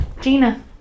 Gina